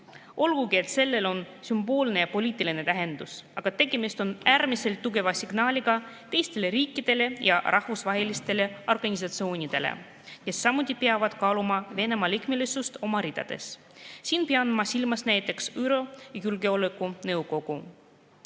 Olgugi et sellel on sümboolne ja poliitiline tähendus, on tegemist äärmiselt tugeva signaaliga teistele riikidele ja rahvusvahelistele organisatsioonidele, kes samuti peavad kaaluma Venemaa liikmesust oma ridades. Siinkohal pean silmas näiteks ÜRO Julgeolekunõukogu.